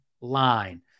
line